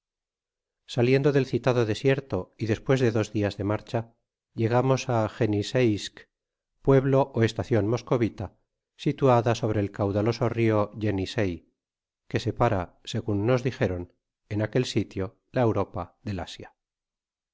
saliendo del citado desierto y despues de dos dias de marcha llegamos á jennisseisk pueblo ó estacion moscovita situada sobre el caudaloso rio jeuissei que separa segun nos dijeron en aquel sitio la europa del asia